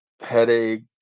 headache